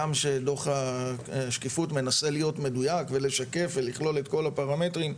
גם שדו"ח השקיפות מנסה להיות מדוייק ולשקף ולכלול את כל הפרמטרים,